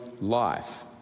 life